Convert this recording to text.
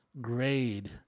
grade